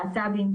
להט"בים,